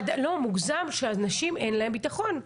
מוגזם שאנשים, אין להם ביטחון.